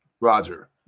Roger